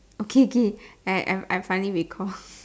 okay okay I I've I've finally recall